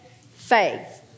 faith